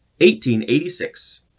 1886